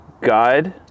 guide